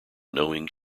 knowing